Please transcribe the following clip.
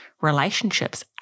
relationships